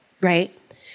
right